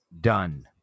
Done